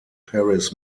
paris